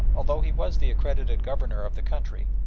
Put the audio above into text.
although he was the accredited governor of the country,